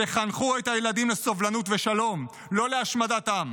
תחנכו את הילדים לסובלנות ושלום, לא להשמדת עם.